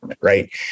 right